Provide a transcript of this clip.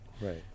Right